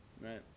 Right